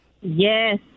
Yes